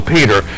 Peter